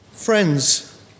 Friends